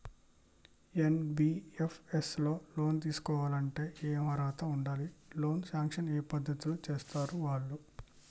NBFS లో loan తీస్కోవాలంటే ఏం అర్హత ఉండాలి? లోన్ సాంక్షన్ ఏ పద్ధతి లో చేస్తరు వాళ్లు?